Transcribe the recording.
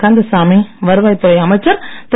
கந்தசாமி வருவாய் துறை அமைச்சர் திரு